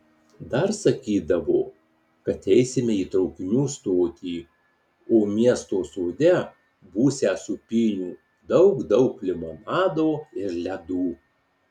dar sakydavo kad eisime į traukinių stotį o miesto sode būsią sūpynių daug daug limonado ir ledų